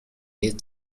need